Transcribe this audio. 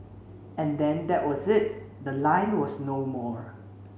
and then that was it the line was no more